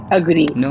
agree